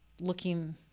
looking